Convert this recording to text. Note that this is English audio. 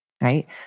right